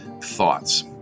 thoughts